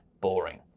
boring